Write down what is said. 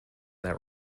that